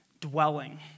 dwelling